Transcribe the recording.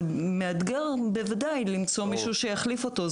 זה מאתגר בוודאי למצוא מישהו שיחליף אותו.